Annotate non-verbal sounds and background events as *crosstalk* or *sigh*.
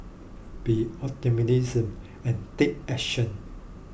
be *unintelligible* and take action